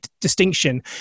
distinction